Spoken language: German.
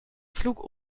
flug